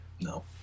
No